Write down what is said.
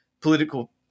political